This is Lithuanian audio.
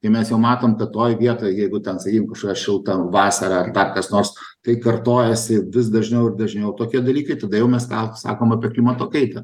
tai mes jau matom kad toj vietoj jeigu ten sakykim kažkokia šilta vasara ar dar kas nors tai kartojasi vis dažniau ir dažniau tokie dalykai tada jau mes tą sakom apie klimato kaitą